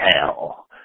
hell